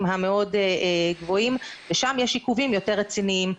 המאוד גבוהים ושם יש עיכובים יותר רציניים.